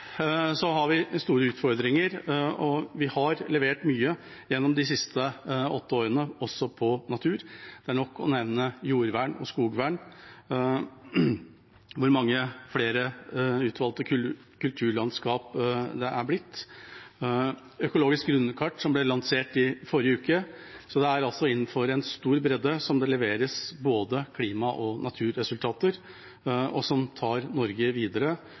har vi store utfordringer. Vi har levert mye gjennom de siste åtte årene også på natur. Det er nok å nevne jordvern og skogvern, hvor det er blitt mange flere utvalgte kulturlandskap, og økologisk grunnkart, som ble lansert i forrige uke. Det leveres altså både klima- og naturresultater innenfor en stor bredde, noe som tar Norge videre oppover på de internasjonale rankingene. Det